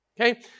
Okay